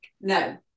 No